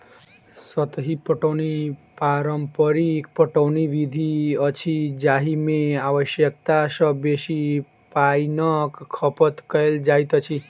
सतही पटौनी पारंपरिक पटौनी विधि अछि जाहि मे आवश्यकता सॅ बेसी पाइनक खपत कयल जाइत अछि